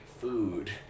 food